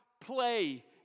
play